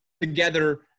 together